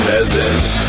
Peasants